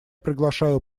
приглашаю